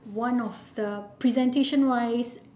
one of the presentation wise